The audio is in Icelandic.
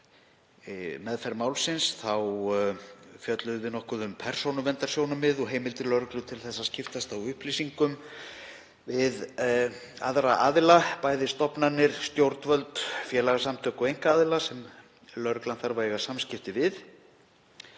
meðferð málsins fjölluðum við nokkuð um persónuverndarsjónarmið og heimildir lögreglu til að skiptast á upplýsingum við aðra aðila, bæði stofnanir, stjórnvöld, félagasamtök og einkaaðila sem lögreglan þarf að eiga samskipti við